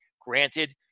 Granted